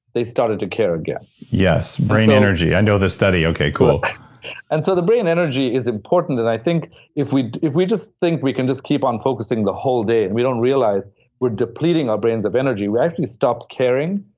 they started to care again yes. brain energy. i know the study. okay. cool and so the brain energy is important, and i think if we if we just think we can keep on focusing the whole day, and we don't realize we're depleting our brains of energy, we actually stop caring,